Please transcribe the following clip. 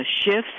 shifts